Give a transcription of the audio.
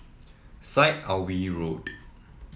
Syed Alwi Road